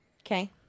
Okay